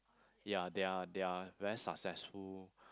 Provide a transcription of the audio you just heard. ya they are they are very successful